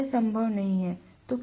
यह संभव नहीं है